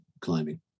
climbing